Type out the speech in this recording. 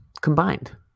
combined